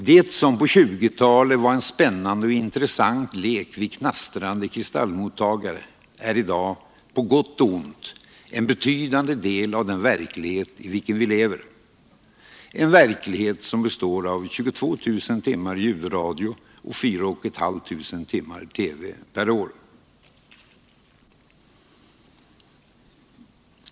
Det som under 1920-talet var en spännande och intressant lek vid knastrande kristallmottagare är i dag, på gott och ont, en betydande del av den verklighet i vilken vi lever — den verklighet som består av 22 000 timmar ljudradio och 4 500 timmar TV per år.